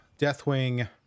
Deathwing